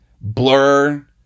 Blur